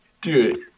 Dude